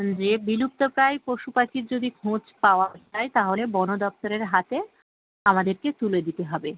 যে বিলুপ্ত প্রায় পশু পাখির যদি খোঁজ পাওয়া যায় তাহলে বন দপ্তরের হাতে আমাদেরকে তুলে দিতে হবে